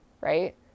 right